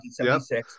1976